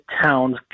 towns